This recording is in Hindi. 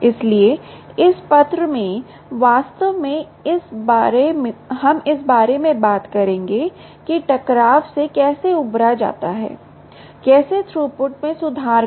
इसलिए इस पत्र में वास्तव में हम इस बारे में बात करेंगे कि टकराव से कैसे उबरता है कैसे थ्रूपुट में सुधार करें